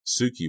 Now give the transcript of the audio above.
Suki